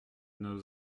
nos